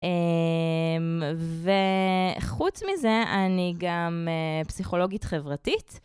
אה.... וחוץ מזה, אני גם, אה... פסיכולוגית חברתית.